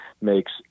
makes